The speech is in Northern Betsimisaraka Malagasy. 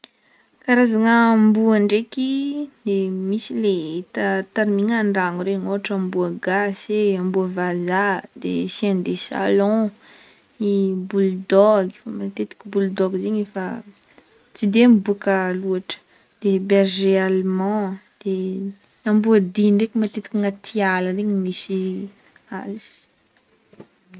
Karazagna amboa ndraikiny de misy le tamigna andragno regny ohatra amboa gasy, amboa vazah de chien de salon, de bull dog matetika bull dog zegny ef tsy de miboaka loatra de berger allemand de amboa dia ndraiky matetiky agnaty ala regny misy azy.